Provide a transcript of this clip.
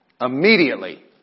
Immediately